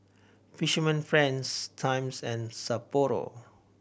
Fisherman Friends Times and Sapporo